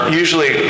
usually